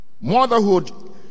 Motherhood